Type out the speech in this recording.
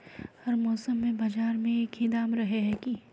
हर मौसम में बाजार में एक ही दाम रहे है की?